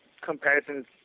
comparisons